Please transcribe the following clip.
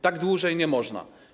Tak dłużej nie można.